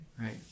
right